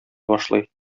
башлый